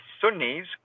Sunnis